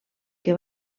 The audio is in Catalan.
que